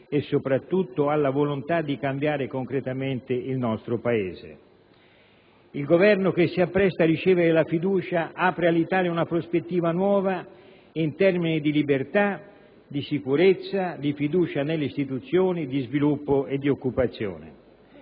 e soprattutto alla volontà di cambiare concretamente il nostro Paese. Il Governo che si appresta a ricevere la fiducia apre all'Italia una prospettiva nuova in termini di libertà, di sicurezza, di fiducia nelle istituzioni, di sviluppo e di occupazione.